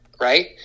right